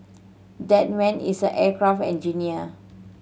that man is an aircraft engineer